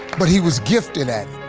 but he was gifted at